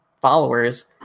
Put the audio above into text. followers